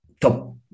top